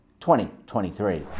2023